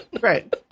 right